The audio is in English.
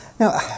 Now